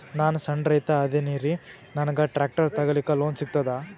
ನಾನ್ ಸಣ್ ರೈತ ಅದೇನೀರಿ ನನಗ ಟ್ಟ್ರ್ಯಾಕ್ಟರಿ ತಗಲಿಕ ಲೋನ್ ಸಿಗತದ?